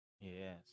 Yes